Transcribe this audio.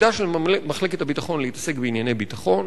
תפקידה של מחלקת הביטחון להתעסק בענייני ביטחון.